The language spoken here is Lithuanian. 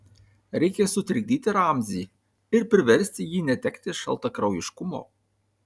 reikia sutrikdyti ramzį ir priversti jį netekti šaltakraujiškumo